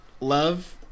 love